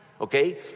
Okay